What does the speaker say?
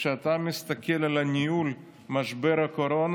כשאתה מסתכל על ניהול משבר הקורונה,